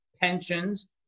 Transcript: pensions